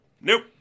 nope